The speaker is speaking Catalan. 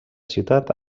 ciutat